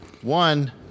One